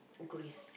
Greece